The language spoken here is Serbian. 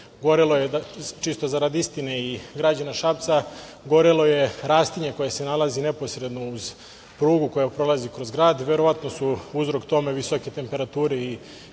Gorelo je, čisto zarad istine i građana Šapca, rastinje koje se nalazi neposredno uz prugu koja prolazi kroz grad. Verovatno su uzrok tome visoke temperature i